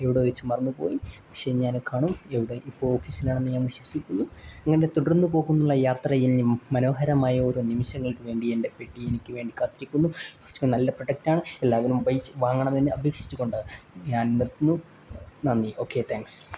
ഇവിടെ വെച്ച് മറന്നുപോയി പക്ഷേ ഞാൻ കാണും എവിടെ ഇപ്പോൾ ഓഫീസിലാണെന്ന് ഞാൻ വിശ്വസിക്കുന്നു അങ്ങനെ തുടർന്ന് പോകുന്നുള്ള യാത്രയിൽ മനോഹരമായ ഓരോ നിമിഷങ്ങൾക്ക് വേണ്ടി എൻ്റെ പെട്ടി എനിക്ക് വേണ്ടി കാത്തിരിക്കുന്നു നല്ല പ്രൊഡക്റ്റാണ് എല്ലാവരും വാങ്ങണമെന്ന് അപേക്ഷിച്ച് കൊണ്ട് ഞാൻ നിർത്തുന്നു നന്ദി ഓക്കെ താങ്ക്സ്